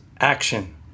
action